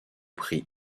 prix